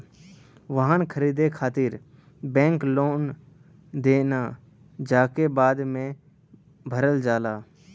वाहन खरीदे खातिर बैंक लोन देना जेके बाद में भरल जाला